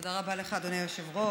תודה רבה לך, אדוני היושב-ראש.